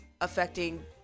affecting